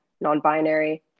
non-binary